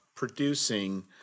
Producing